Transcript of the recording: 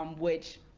um which.